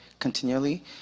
Continually